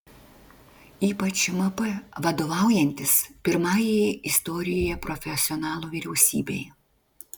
ypač mp vadovaujantis pirmajai istorijoje profesionalų vyriausybei